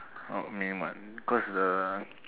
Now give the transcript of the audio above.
cause the